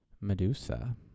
Medusa